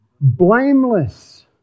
blameless